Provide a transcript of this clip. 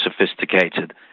sophisticated